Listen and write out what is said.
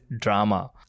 drama